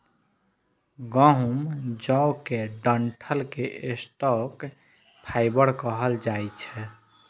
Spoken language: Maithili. गहूम, जौ के डंठल कें स्टॉक फाइबर कहल जाइ छै